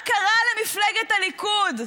מה קרה למפלגת הליכוד,